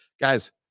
guys